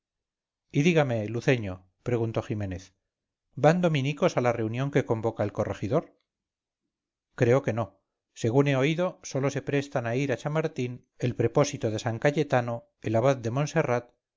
y dígame luceño preguntó ximénez van dominicos a la reunión que convoca el corregidor creo que no según he oído sólo se prestan a ir a chamartín el prepósito de san cayetano el abad de montserrat